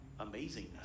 amazingness